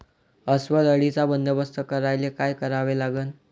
अस्वल अळीचा बंदोबस्त करायले काय करावे लागन?